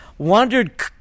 Wandered